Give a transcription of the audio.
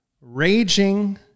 raging